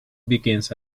begins